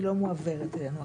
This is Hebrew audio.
היא לא מועברת אלינו.